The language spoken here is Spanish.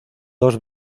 dos